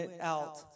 out